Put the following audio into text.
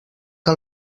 que